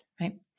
right